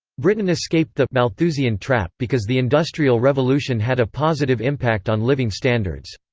britain escaped the malthusian trap because the industrial revolution had a positive impact on living standards.